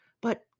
But